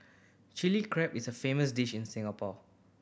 Chilli Crab is a famous dish in Singapore